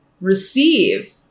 receive